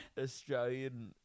Australian